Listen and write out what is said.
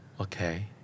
okay